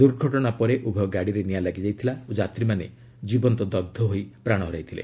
ଦୂର୍ଘଟଣା ପରେ ଉଭୟ ଗାଡ଼ିରେ ନିଆଁ ଲାଗିଯାଇଥିଲା ଓ ଯାତ୍ରୀମାନେ ଜୀବନ୍ତ ଦଗ୍ମ ହୋଇ ପ୍ରାଣ ହରାଇଥିଲେ